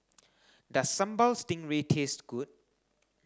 does sambal stingray taste good